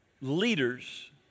leaders